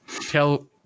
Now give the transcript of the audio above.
tell